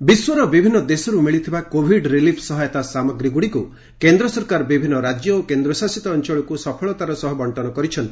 relief ବିଶ୍ୱର ବିଭିନ୍ନ ଦେଶରୁ ମିଳିଥିବା କୋଭିଡ ରିଲିଫ ସହାୟତା ସାମଗ୍ରୀ ଗୁଡିକୁ କେନ୍ଦ୍ର ସରକାର ବିଭିନ୍ନ ରାଜ୍ୟ ଓ କେନ୍ଦ୍ରଶାସିତ ଅଞ୍ଚଳକୁ ସଫଳତାର ସହ ବଶ୍ଚନ କରିଛନ୍ତି